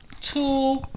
Two